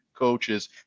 coaches